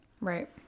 right